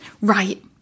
Right